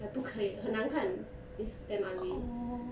like 不可以很难看 is damn ugly